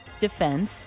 defense